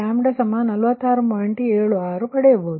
76 ನೀವು ಪಡೆಯುತ್ತೀರಿ